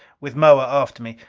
with moa after me.